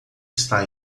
está